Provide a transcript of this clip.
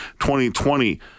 2020